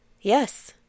Yes